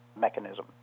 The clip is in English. mechanism